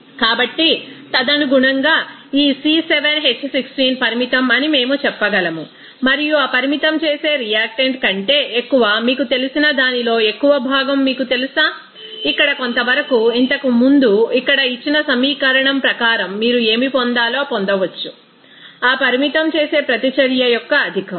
కాబట్టి తదనుగుణంగా ఈ C7H16 పరిమితం అని మేము చెప్పగలం మరియు ఆ పరిమితం చేసే రియాక్టెంట్ కంటే ఎక్కువ మీకు తెలిసిన దానిలో ఎక్కువ భాగం మీకు తెలుసా ఇక్కడ కొంతవరకు ఇంతకు ముందు ఇక్కడ ఇచ్చిన సమీకరణం ప్రకారం మీరు ఏమి పొందాలో పొందవచ్చు ఆ పరిమితం చేసే ప్రతిచర్య యొక్క అధికం